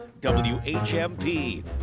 whmp